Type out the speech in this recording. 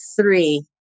three